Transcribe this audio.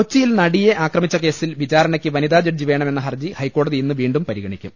കൊച്ചിയിൽ നടിയെ ആക്രമിച്ച കേസിൽ വിചാരണക്ക് വനിതാ ജഡ്ജി വേണമെന്ന ഹർജി ഹൈക്കോടതി ഇന്ന് വീണ്ടും പരിഗണിക്കും